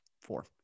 Four